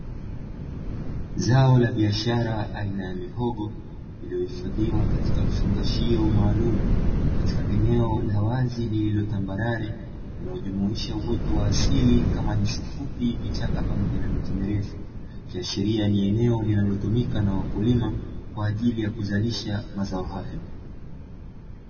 Zao la biashara aina ya mihogo iliyohifadhiwa katika vifungashio maalumu, katika eneo la wazi lililo tambarare, linalojumuisha uoto wa asili kama nyasi fupi, vichaka, pamoja na miti mirefu, ikiashiria ni eneo linalotumika na wakulima kwa ajili ya kuzalisha mazao hayo.